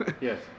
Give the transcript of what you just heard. Yes